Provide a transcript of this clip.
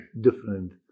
different